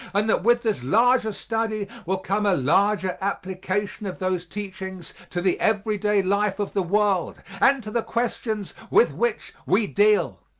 and that with this larger study will come a larger application of those teachings to the everyday life of the world, and to the questions with which we deal.